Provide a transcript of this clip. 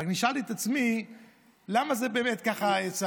אבל אני שאלתי את עצמי למה זה באמת יצא.